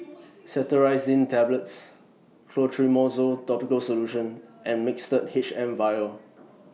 Cetirizine Tablets Clotrimozole Topical Solution and Mixtard H M Vial